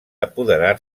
apoderar